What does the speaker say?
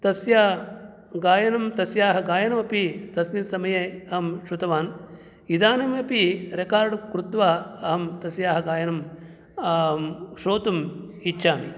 तस्या गायनं तस्याः गायनमपि तस्मिन् समये अहं श्रुतवान् इदानीम् अपि रेकार्ड् कृत्वा अहं तस्याः गायनं श्रोतुम् इच्छामि